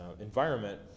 environment